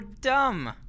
dumb